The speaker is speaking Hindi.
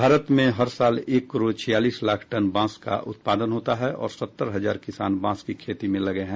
भारत में हर साल एक करोड़ छियालीस लाख टन बांस का उत्पादन होता है और सत्तर हजार किसान बांस की खेती में लगे हैं